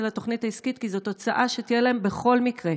לתוכנית העסקית כי זאת הוצאה שתהיה להם בכל מקרה.